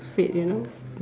fate you know